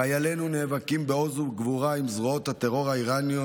חיילינו נאבקים באומץ ובגבורה עם זרועות הטרור האיראניות,